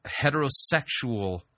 Heterosexual